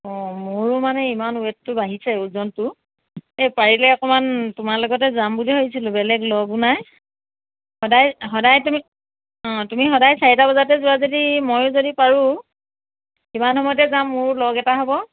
অঁ ময়ো মানে ইমান ওৱেটটো বাঢ়িছে ওজনটো এই পাৰিলে অকনমান তোমাৰ লগতে যাম বুলি ভাবিছিলোঁ বেলেগ লগো নাই সদায় সদায় তুমি অঁ তুমি সদায় চাৰিটা বজাতে যোৱা যদি ময়ো যদি পাৰোঁ সিমান সময়তে যাম মোৰো লগ এটা হ'ব